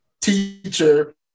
teacher